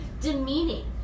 demeaning